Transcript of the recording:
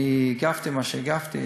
אני הגבתי מה שהגבתי,